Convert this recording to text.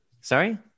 Sorry